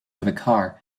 vicar